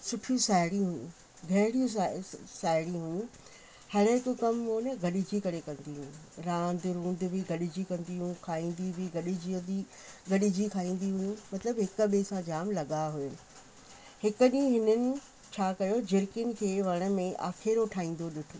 सुठियूं साहेड़ियूं हुयूं गहरियूं साहे साहेड़ियूं हुयूं हले थो कमु हो न गॾिजी करे कंदियूं हुयूं रांदि मुंदवी गॾिजी कंदियूं खाईंदी बि गॾिजी ईंदी गॾिजी खाईंदी हुयूं मतिलबु हिक ॿिए सां जाम लॻाव हुयो हिकु ॾींहुं हिननि छा कयो झिरिकियुनि जे वण में आखेरो ठाहींदो ॾिठो